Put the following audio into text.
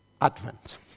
Advent